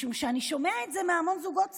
משום שאני שומע את זה מהמון זוגות צעירים.